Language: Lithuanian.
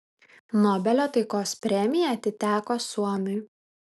nobelio taikos premija atiteko suomiui